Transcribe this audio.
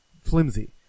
flimsy